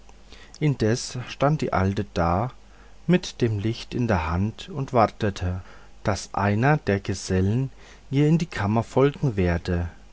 indessen stand die alte da mit dem licht in der hand und wartete daß einer der gesellen ihr in die kammer folgen werde